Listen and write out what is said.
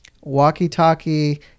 walkie-talkie